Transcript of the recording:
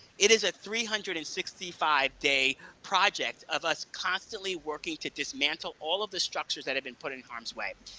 it is a three hundred and sixty five day project of us constantly working to dismantle all of the structures that have been put and harm's way.